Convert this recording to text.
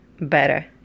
better